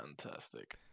Fantastic